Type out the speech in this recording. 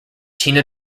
tina